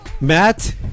Matt